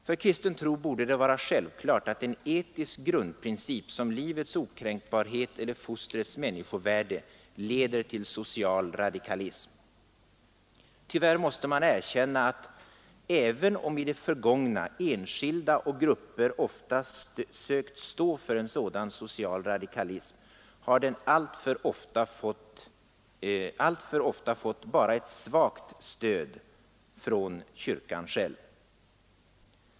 För kristen tro borde det vara självklart att en etisk grundprincip som livets okränkbarhet eller fostrets människovärde leder till social radikalism. Tyvärr måste man erkänna att även om i det förgångna enskilda och grupper sökt stå för en sådan social radikalism, har den alltför ofta fått bara ett svagt stöd från kyrkan själv.